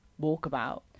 walkabout